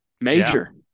Major